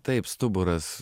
taip stuburas